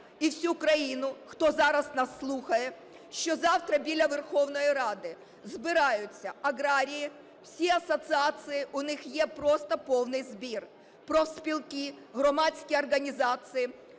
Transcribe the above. і всю країну, хто зараз нас слухає, що завтра біля Верховної Ради збираються аграрії, всі асоціації, у них є просто повний збір, профспілки, громадські організації,